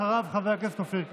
אחריו, חבר הכנסת אופיר כץ.